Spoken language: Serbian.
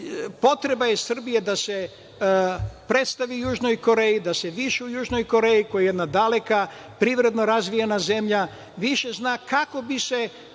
potreba Srbije da se predstavi Južnoj Koreji, da se više u Južnoj Koreji koja je jedna daleka privredno razvijena zemlja, više zna kako bi se